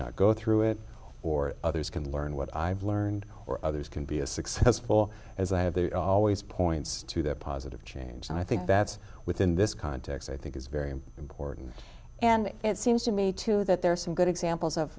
not go through it or others can learn what i've learned or others can be as successful as i have they always points to that positive change and i think that's within this context i think is very important and it seems to me too that there are some good examples of